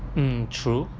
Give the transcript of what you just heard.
mm true